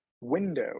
window